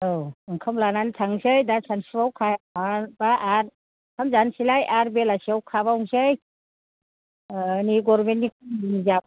औ ओंखाम लानानै थांनोसै दा सानसुआव खाखांबा आरो ओंखाम जानैसोलाय आरो बेलासियाव खाबावनोसै नै गरमेन्तनि जा